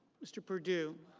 mr. perdue.